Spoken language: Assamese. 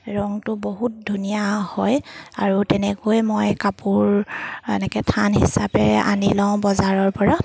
ৰংটো বহুত ধুনীয়া হয় আৰু তেনেকৈ মই কাপোৰ এনেকৈ থান হিচাপে আনি লওঁ বজাৰৰ পৰা